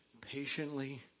patiently